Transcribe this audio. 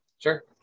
Sure